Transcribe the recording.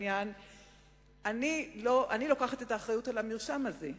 אני לוקחת את האחריות למרשם הזה.